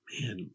Man